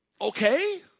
Okay